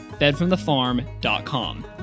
fedfromthefarm.com